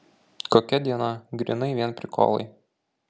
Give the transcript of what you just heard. kokia diena grynai vien prikolai